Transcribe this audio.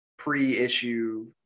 pre-issue